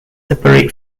separate